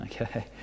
okay